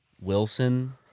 Wilson